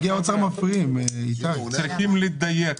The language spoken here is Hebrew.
צריכים לדייק,